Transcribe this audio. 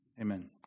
amen